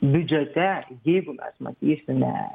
biudžete jeigu mes matysime